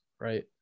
right